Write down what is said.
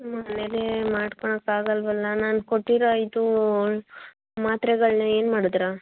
ಮನೆಲ್ಲೇ ಮಾಡ್ಕೊಳಕ್ಕೆ ಆಗಲ್ಲವಲ್ಲ ನಾನು ಕೊಟ್ಟಿರೋ ಇದು ಮಾತ್ರೆಗಳ್ನ ಏನು ಮಾಡದ್ರಿ